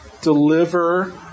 deliver